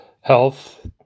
health